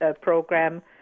program